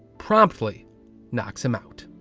promptly knocks him out.